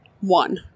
One